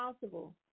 possible